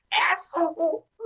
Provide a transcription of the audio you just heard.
asshole